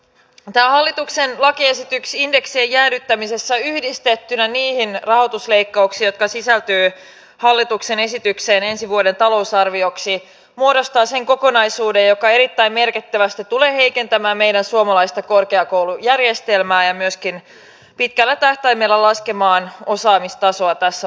tämä hallituksen lakiesitys indeksien jäädyttämisestä yhdistettynä niihin rahoitusleikkauksiin jotka sisältyvät hallituksen esitykseen ensi vuoden talousarvioksi muodostaa sen kokonaisuuden joka erittäin merkittävästi tulee heikentämään meidän suomalaista korkeakoulujärjestelmäämme ja myöskin pitkällä tähtäimellä laskemaan osaamistasoa tässä maassa